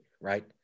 right